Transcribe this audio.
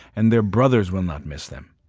and their brothers will not miss them.